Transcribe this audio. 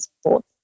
support